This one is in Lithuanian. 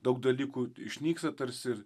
daug dalykų išnyksta tarsi